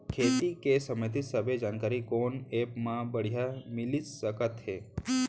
खेती के संबंधित सब्बे जानकारी कोन एप मा बढ़िया मिलिस सकत हे?